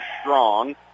strong